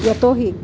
यतोहि